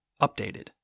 updated